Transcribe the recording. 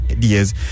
years